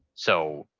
so,